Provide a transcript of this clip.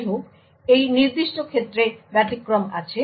যাইহোক এই নির্দিষ্ট ক্ষেত্রে ব্যতিক্রম আছে